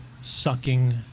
sucking